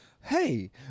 Hey